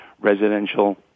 residential